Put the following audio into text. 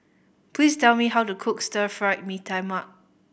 please tell me how to cook Stir Fried Mee Tai Mak